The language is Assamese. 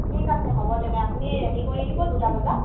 ঠিক আছে হ'ব তেনে আপুনি ৰেডি কৰি দিব দুটা বজাত